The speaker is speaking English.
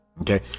okay